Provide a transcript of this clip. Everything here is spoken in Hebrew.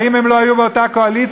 האם הם לא היו באותה קואליציה?